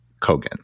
Kogan